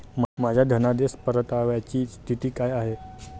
माझ्या धनादेश परताव्याची स्थिती काय आहे?